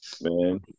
man